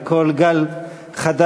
וכל גל חדש,